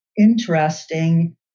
interesting